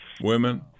women